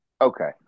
Okay